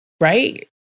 right